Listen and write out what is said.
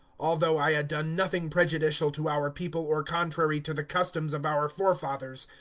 although i had done nothing prejudicial to our people or contrary to the customs of our forefathers,